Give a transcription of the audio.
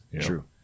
True